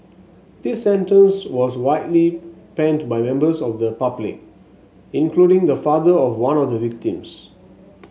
this sentence was widely panned by members of the public including the father of one of the victims